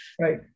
Right